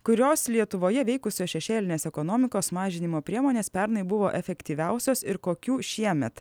kurios lietuvoje veikusios šešėlinės ekonomikos mažinimo priemonės pernai buvo efektyviausios ir kokių šiemet